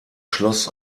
schloss